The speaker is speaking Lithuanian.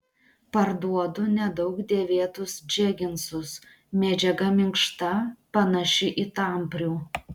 parduodu nedaug dėvėtus džeginsus medžiaga minkšta panaši į tamprių